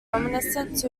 reminiscent